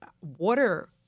water